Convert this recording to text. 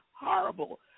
horrible